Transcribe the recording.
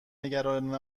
نگران